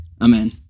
Amen